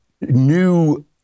new